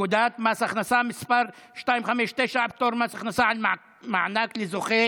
פקודת מס הכנסה (מס' 259) (פטור ממס על מענק לזוכה